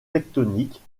tectoniques